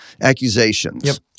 accusations